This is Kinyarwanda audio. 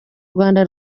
rwanda